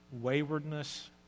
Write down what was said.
waywardness